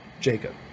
Jacob